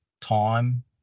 time